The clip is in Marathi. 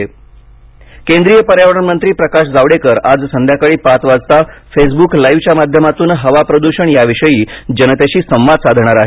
जावडेकर प्रदृषण केंद्रिय पर्यावरण मंत्री प्रकाश जावडेकर आज संध्याकाळी पाच वाजता फेसब्क लाईव्हच्या माध्यमातून हवा प्रद्षण याविषयी जनतेशी संवाद साधणार आहेत